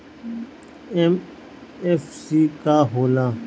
MFC का होला?